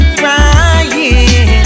crying